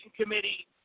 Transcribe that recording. committee